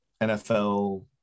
NFL